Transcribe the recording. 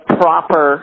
proper